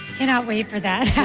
cannot wait for that.